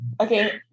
Okay